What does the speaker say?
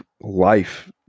life